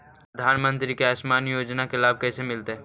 प्रधानमंत्री के आयुषमान योजना के लाभ कैसे मिलतै?